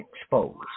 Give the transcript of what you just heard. exposed